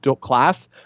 class